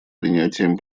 принятием